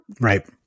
right